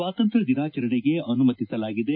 ಸ್ವಾತಂತ್ರ್ಯ ದಿನಾಚರಣೆಗೆ ಅನುಮತಿಸಲಾಗಿದೆ